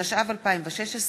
התשע"ו 2016,